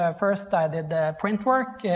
um first i did print work.